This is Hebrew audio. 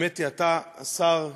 האמת היא, אדוני השר,